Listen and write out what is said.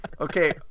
Okay